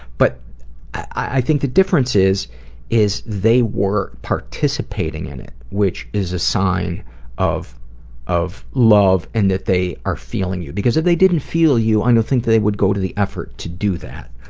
but i think the difference is is they were participating in it, which is a sign of of love and that they are feeling you. because if they didn't feel you, i don't think they would go to the effort to do that.